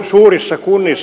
suurissa kunnes